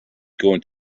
going